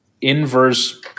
inverse